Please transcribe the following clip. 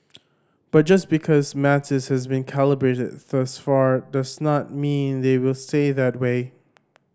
but just because matters have been calibrated thus far does not mean they will stay that way